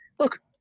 Look